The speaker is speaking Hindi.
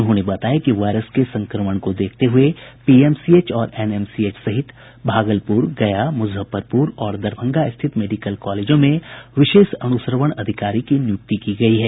उन्होंने बताया कि वायरस के संक्रमण को देखते हुए पीएमसीएच और एनएमसीएच सहित भागलपुर गया मुजफ्फरपुर और दरभंगा स्थित मेडिकल कॉलेजों में विशेष अन्श्नवण अधिकारी की नियुक्ति की गयी है